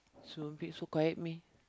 so which quiet me